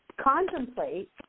contemplate